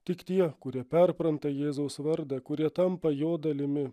tik tie kurie perpranta jėzaus vardą kurie tampa jo dalimi